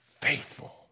faithful